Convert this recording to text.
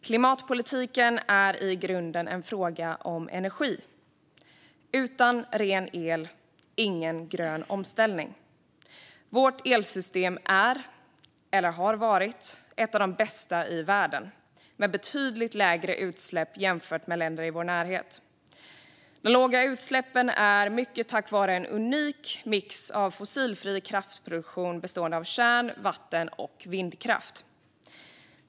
Klimatpolitiken är i grunden en fråga om energi. Utan ren el, ingen grön omställning. Vårt elsystem är eller har varit ett av de bästa i världen med betydligt lägre utsläpp jämfört med länder i vår närhet. De låga utsläppen beror i mycket på en unik mix av fossilfri kraftproduktion bestående av kärn-, vatten och vindkraft.